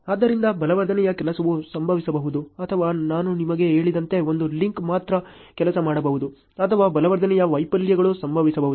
ಆದ್ದರಿಂದ ಬಲವರ್ಧನೆಯ ಕೆಲಸವು ಸಂಭವಿಸಬಹುದು ಅಥವಾ ನಾನು ನಿಮಗೆ ಹೇಳಿದಂತೆ ಒಂದು ಲಿಂಕ್ ಮಾತ್ರ ಕೆಲಸ ಮಾಡಬಹುದು ಅಥವಾ ಬಲವರ್ಧನೆಯ ವೈಫಲ್ಯಗಳು ಸಂಭವಿಸಬಹುದು